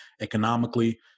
economically